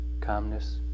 calmness